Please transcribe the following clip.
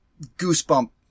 goosebump